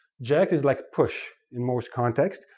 ject is like push, in most contexts,